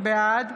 בעד